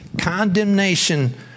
Condemnation